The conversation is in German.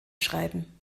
schreiben